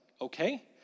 okay